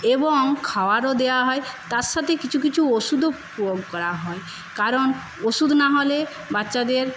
এবং খাওয়ারও দেওয়া হয় তার সাথে কিছু কিছু ওষুধও প্রয়োগ করা হয় কারণ ওষুধ না হলে বাচ্চাদের